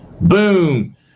Boom